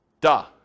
duh